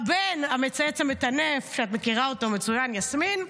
הבן המצייץ המטנף, שאת מכירה אותו מצוין, יסמין,